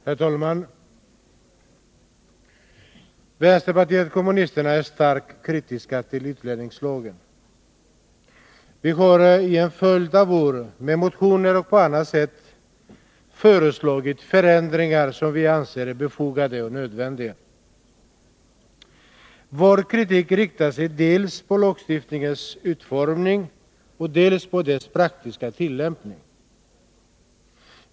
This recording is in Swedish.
Herr talman! Vänsterpartiet kommunisterna är starkt kritiskt till utlänningslagen. Vi har under en följd av år i motioner och på annat sätt föreslagit förändringar som vi anser är befogade och nödvändiga. Vår kritik riktar sig mot dels lagstiftningens utformning, dels dess praktiska tillämpning.